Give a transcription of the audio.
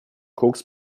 koks